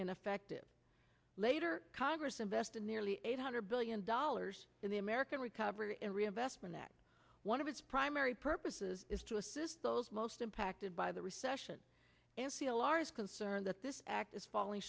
ineffective later congress invest in nearly eight hundred billion dollars in the american recovery and reinvestment act one of its primary purposes is to assist those most impacted by the recession and feel are as concerned that this act is falling